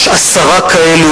יש עשרה כאלה,